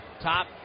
top